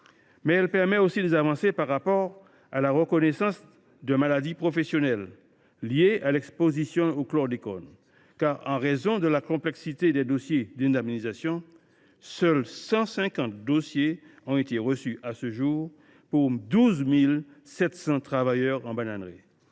mais elle permet aussi des avancées en matière de reconnaissance des maladies professionnelles liées à l’exposition au chlordécone. En effet, en raison de la complexité des procédures d’indemnisation, seuls 150 dossiers ont été reçus à ce jour, pour 12 700 travailleurs en bananeraie.